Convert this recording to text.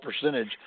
percentage